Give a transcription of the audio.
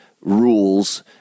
rules